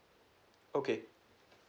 okay